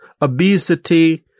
obesity